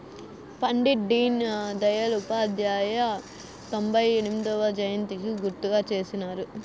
పండిట్ డీన్ దయల్ ఉపాధ్యాయ తొంభై ఎనిమొదవ జయంతికి గుర్తుగా చేసినారు